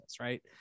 right